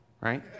right